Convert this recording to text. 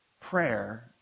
prayer